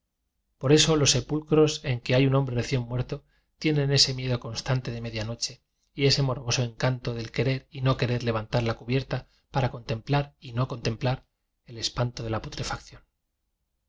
por eso los sepulcros en que hay un hom bre recién muerto tienen ese miedo constan te de media noche y ese morboso encanto del querer y no querer levantar la cubierta para contemplar y no contemplar el espan to de la putrefacción